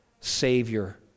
Savior